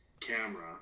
camera